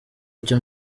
icyo